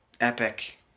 epic